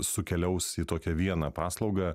sukeliaus į tokią vieną paslaugą